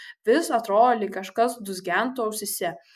vis atrodo lyg kažkas dūzgentų ausyse